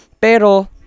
Pero